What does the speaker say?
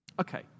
Okay